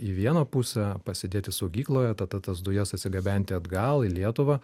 į vieną pusę pasidėti saugykloje tada tas dujas atsigabenti atgal į lietuvą